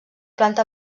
planta